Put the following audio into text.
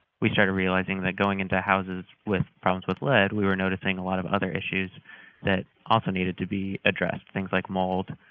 we started realizing that going into houses with problems with lead we were noticing a lot of other issues that also needed to be addressed things like mold,